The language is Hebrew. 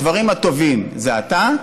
הדברים הטובים זה אתה,